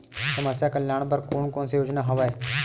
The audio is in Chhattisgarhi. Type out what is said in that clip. समस्या कल्याण बर कोन कोन से योजना हवय?